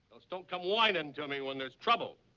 just don't come whining to me when there's trouble.